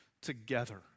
together